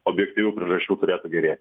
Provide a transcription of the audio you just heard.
objektyvių priežasčių turėtų gerėti